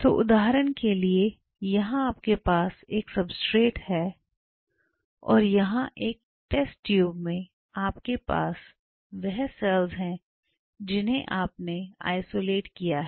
तो उदाहरण के लिए यहां आपके पास एक सबस्ट्रेट है और यहां एक टेस्ट ट्यूब में आपके पास वह सेल्स हैं जिन्हें आपने आइसोलेट किया है